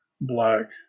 black